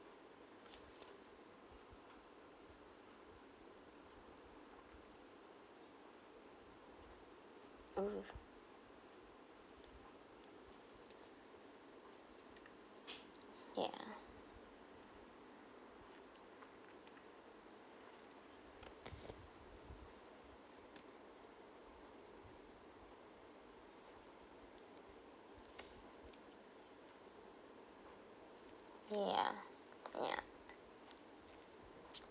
oh ya ya ya